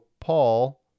Paul